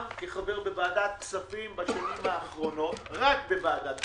כחבר בוועדת כספים בשנים האחרונות רק בוועדת הכספים,